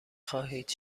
خواهید